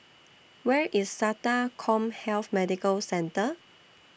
Where IS Sata Commhealth Medical Centre